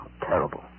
Terrible